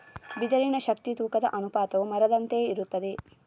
ಬಿದಿರಿನ ಶಕ್ತಿ ತೂಕದ ಅನುಪಾತವು ಮರದಂತೆಯೇ ಇರುತ್ತದೆ